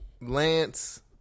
Lance